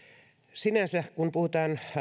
sinänsä kun puhutaan